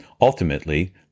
ultimately